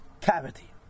cavity